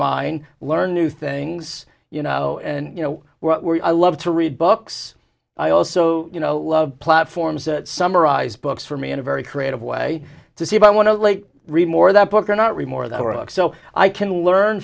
mind learn new things you know and you know we're i love to read books i also you know love platforms summarize books for me in a very creative way to see if i want to late read more that book or not re more that work so i can learn